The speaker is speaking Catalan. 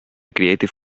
creative